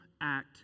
act